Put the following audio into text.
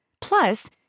Plus